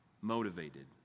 motivated